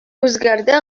үзгәрде